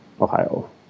Ohio